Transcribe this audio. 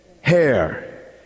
Hair